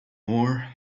more